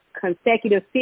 consecutive